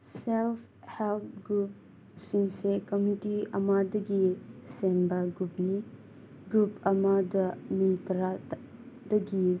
self help ꯒ꯭ꯔꯨꯞꯁꯤꯡꯁꯦ community ꯑꯃꯗꯒꯤ ꯁꯦꯝꯕ ꯒ꯭ꯔꯨꯞꯅꯤ ꯒ꯭ꯔꯨꯞ ꯑꯃꯗ ꯃꯤ ꯇꯔꯥ ꯗꯒꯤ